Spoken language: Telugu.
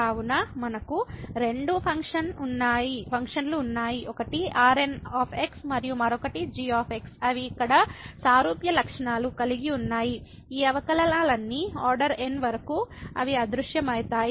కావున మనకు రెండు ఫంక్షన్ ఉన్నాయి ఒకటి Rn మరియు మరొకటి g అవి ఇక్కడ సారూప్య లక్షణాలను కలిగి ఉన్నాయి ఈ అవకలనాలన్ని ఆర్డర్ n వరకు అవి అదృశ్యమవుతాయి